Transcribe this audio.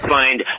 find